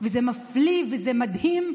וזה מפליא, וזה מדהים,